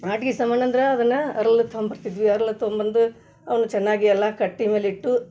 ಆಟ್ಗಿ ಸಾಮಾನಂದ್ರೆ ಅದನ್ನು ಅರ್ಳ್ ತೊಂಬರ್ತಿದ್ವಿ ಅರ್ಳ್ ತೊಂಬಂದು ಅವ್ನ ಚೆನ್ನಾಗಿ ಎಲ್ಲ ಕಟ್ಟೆ ಮೇಲೆ ಇಟ್ಟು